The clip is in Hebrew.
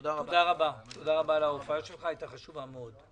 תודה רבה על ההופעה שלך, הייתה חשובה מאוד.